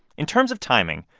in terms of timing,